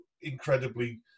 incredibly